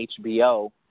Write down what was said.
HBO